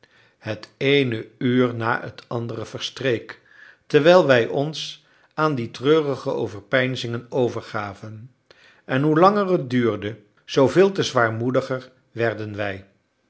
het eene uur na het andere verstreek terwijl wij ons aan die treurige overpeinzingen overgaven en hoe langer het duurde zooveel te zwaarmoediger werden wij